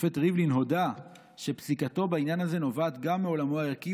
השופט ריבלין הודה שפסיקתו בעניין הזה נובעת גם מעולמו הערכי